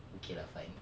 okay lah fine